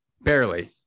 barely